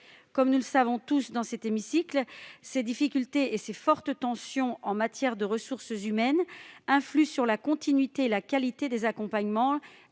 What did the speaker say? Comme nous le savons tous dans cet hémicycle, les difficultés et les fortes tensions en matière de ressources humaines influent sur la continuité et la qualité des accompagnements